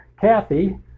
kathy